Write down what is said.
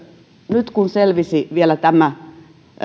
nyt kun selvisi vielä tämä